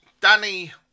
Danny